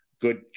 good